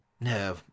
No